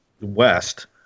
west